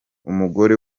umugore